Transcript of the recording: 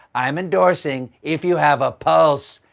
i'm endorsing. if you have a pulse,